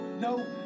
no